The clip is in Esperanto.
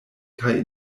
kaj